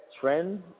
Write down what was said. trends